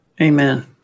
Amen